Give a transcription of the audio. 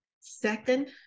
Second